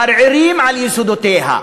מערערים על יסודותיה.